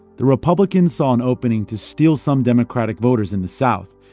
the republicans saw an opening to steal some democratic voters in the south,